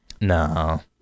no